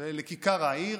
לכיכר העיר,